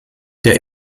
der